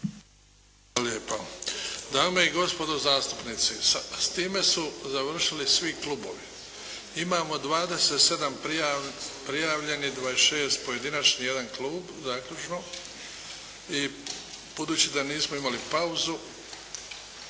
Hvala lijepa. Dame i gospodo zastupnici, s time su završili svi klubovi. Imamo 27 prijavljenih, 26 pojedinačnih, 1 klub zaključno. I budući da nismo imali pauzu,